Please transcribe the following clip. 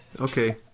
Okay